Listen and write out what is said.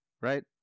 Right